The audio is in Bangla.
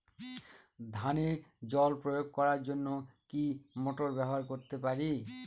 ধানে জল প্রয়োগ করার জন্য কি মোটর ব্যবহার করতে পারি?